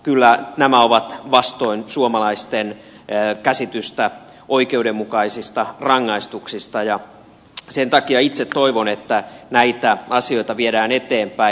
kyllä nämä ovat vastoin suomalaisten käsitystä oikeudenmukaisista rangaistuksista ja sen takia itse toivon että näitä asioita viedään eteenpäin